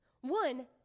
One